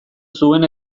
zuen